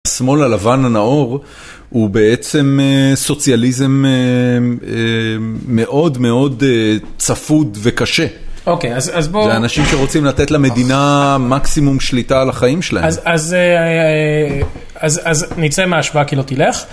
השמאל הלבן הנאור הוא בעצם סוציאליזם מאוד מאוד צפוד וקשה. לאנשים שרוצים לתת למדינה מקסימום שליטה על החיים שלהם. אז נצא מההשוואה כי היא לא תלך